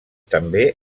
també